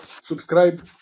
subscribe